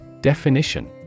Definition